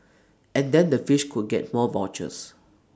and then the fish could get more vouchers